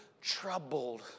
troubled